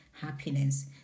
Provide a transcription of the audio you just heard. happiness